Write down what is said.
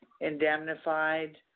indemnified